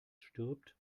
stirbt